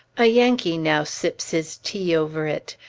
a yankee now sips his tea over it,